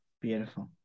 Beautiful